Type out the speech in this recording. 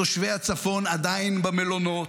תושבי הצפון עדיין במלונות,